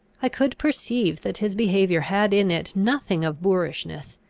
i could perceive that his behaviour had in it nothing of boorishness,